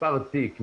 מספר תיק,